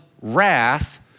wrath